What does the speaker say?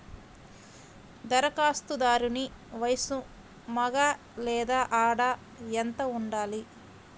ధరఖాస్తుదారుని వయస్సు మగ లేదా ఆడ ఎంత ఉండాలి?